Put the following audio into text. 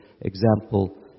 example